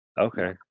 Okay